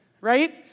right